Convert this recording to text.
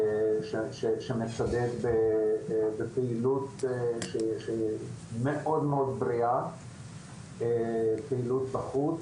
שמצדד בפעילות מאוד מאוד בריאה פעילות בחוץ.